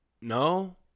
no